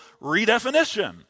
redefinition